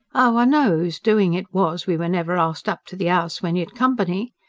oh, i know whose doing it was, we were never asked up to the house when you'd company.